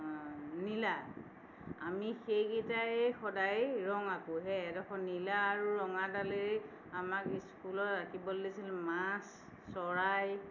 নীলা আমি সেইকেইটাৰেই সদায়ে ৰং আঁকো সেই এডোখৰ নীলা আৰু ৰঙাডালেৰেই আমাক স্কুলত আঁকিবলৈ দিছিল মাছ চৰাই